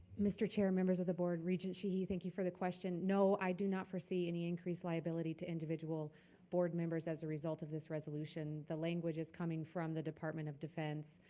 mr. chair, members of the board, regent sheehy, thank you for the question. no, i do not foresee any increase liability to individual board members as a result of this resolution. the language is coming from the department of defense,